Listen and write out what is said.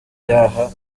byaha